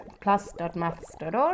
plus.maths.org